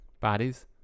bodies